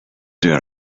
their